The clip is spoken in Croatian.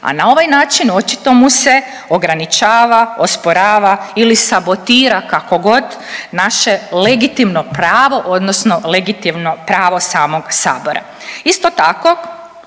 a na ovaj način očito mu se ograničava, osporava ili sabotira, kako god, naše legitimno pravo odnosno legitimno pravo odnosno legitimno